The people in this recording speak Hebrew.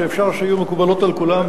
שאפשר שיהיו מקובלות על כולם,